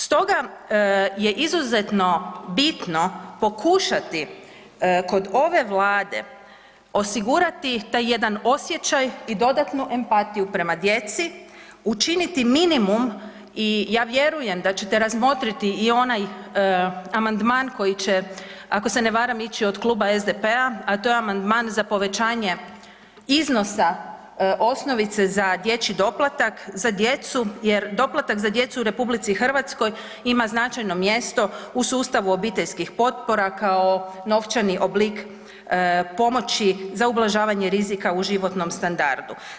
Stoga je izuzetno bitno pokušati kod ove Vlade osigurati taj jedan osjećaj i dodatnu empatiju prema djeci, učiniti minimum i ja vjerujem da ćete razmotriti i onaj amandman koji će, ako se ne varam, ići od Kluba SDP-a, a to je amandman za povećanje iznosa osnovice za dječji doplatak za djecu jer doplatak za djecu u RH ima značajno mjesto u sustavu obiteljskih potpora kao novčani oblik pomoći za ublažavanje rizika u životnom standardu.